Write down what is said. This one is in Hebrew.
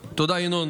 תודה, ינון.